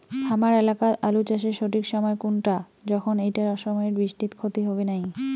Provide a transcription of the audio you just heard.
হামার এলাকাত আলু চাষের সঠিক সময় কুনটা যখন এইটা অসময়ের বৃষ্টিত ক্ষতি হবে নাই?